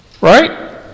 Right